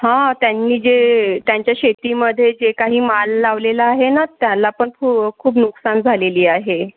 हां त्यांनी जे त्यांच्या शेतीमधे जे काही माल लावलेला आहे ना त्याला पण खू खूप नुकसान झालेली आहे